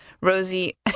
Rosie